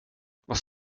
vad